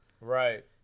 Right